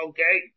Okay